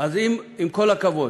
אז עם כל הכבוד,